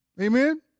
Amen